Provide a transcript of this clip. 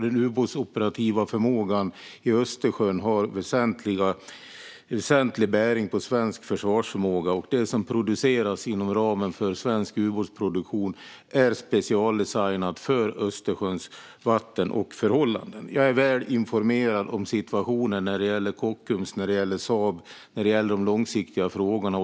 Den ubåtoperativa förmågan i Östersjön har väsentlig bäring på svensk försvarsförmåga. Det som produceras inom ramen för svensk ubåtsproduktion är specialdesignat för Östersjöns vatten och förhållanden. Jag är väl informerad om situationen när det gäller Kockums, Saab och de långsiktiga frågorna.